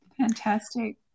Fantastic